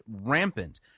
rampant